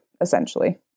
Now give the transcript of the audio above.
essentially